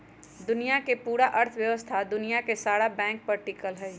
दुनिया के पूरा अर्थव्यवस्था दुनिया के सारा बैंके पर टिकल हई